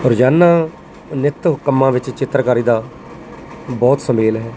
ਰੋਜ਼ਾਨਾ ਨਿੱਤ ਕੰਮਾਂ ਵਿੱਚ ਚਿੱਤਰਕਾਰੀ ਦਾ ਬਹੁਤ ਸੁਮੇਲ ਹੈ